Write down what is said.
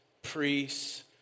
priests